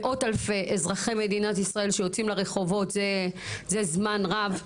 מאות אלפי אזרחי מדינת ישראל שיוצאים לרחובות זה זמן רב,